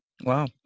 Wow